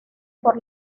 por